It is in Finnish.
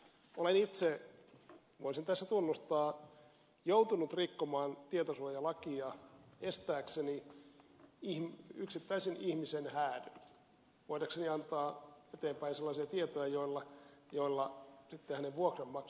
olen itse voin sen tässä tunnustaa joutunut rikkomaan tietosuojalakia estääkseni yksittäisen ihmisen häädön voidakseni antaa eteenpäin sellaisia tietoja joilla sitten hänen vuokranmaksunsa turvataan